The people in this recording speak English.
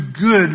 good